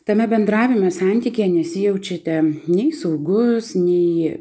tame bendravime santykyje nesijaučiate nei saugus nei